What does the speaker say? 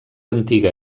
antiga